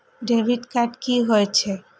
Debit card की होय छे?